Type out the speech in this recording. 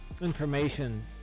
information